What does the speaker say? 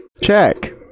Check